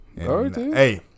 Hey